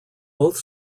both